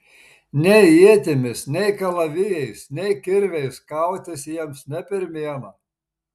nei ietimis nei kalavijais nei kirviais kautis jiems ne pirmiena